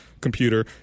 computer